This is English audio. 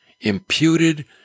imputed